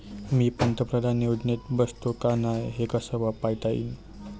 मी पंतप्रधान योजनेत बसतो का नाय, हे कस पायता येईन?